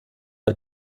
bei